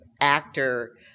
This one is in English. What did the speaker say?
actor